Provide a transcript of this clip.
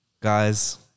guys